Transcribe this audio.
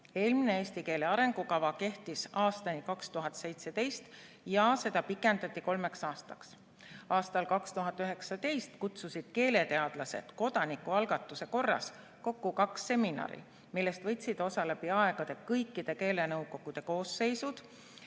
Eelmine eesti keele arengukava kehtis aastani 2017 ja seda pikendati kolmeks aastaks. Aastal 2019 kutsusid keeleteadlased kodanikualgatuse korras kokku kaks seminari, millest võtsid osa läbi aegade kõikide keelenõukogude koosseisud,